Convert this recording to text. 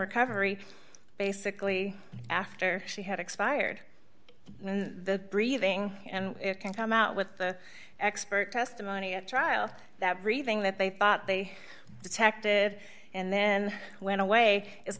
recovery basically after she had expired the breathing and can come out with the expert testimony at trial that everything that they thought they detected and then went away i